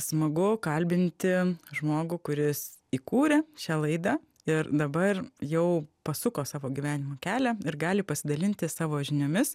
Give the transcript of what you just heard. smagu kalbinti žmogų kuris įkūrė šią laidą ir dabar jau pasuko savo gyvenimo kelią ir gali pasidalinti savo žiniomis